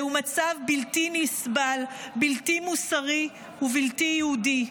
זהו מצב בלתי נסבל, בלתי מוסרי ובלתי יהודי.